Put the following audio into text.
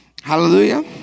Hallelujah